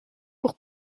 pour